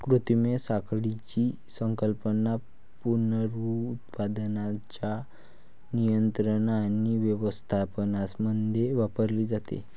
कृत्रिम साखळीची संकल्पना पुनरुत्पादनाच्या नियंत्रण आणि व्यवस्थापनामध्ये वापरली जाते